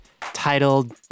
titled